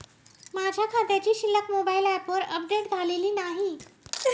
माझ्या खात्याची शिल्लक मोबाइल ॲपवर अपडेट झालेली नाही